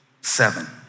seven